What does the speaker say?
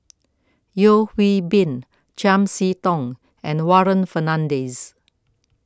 Yeo Hwee Bin Chiam See Tong and Warren Fernandez